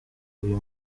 uyu